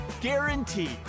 guaranteed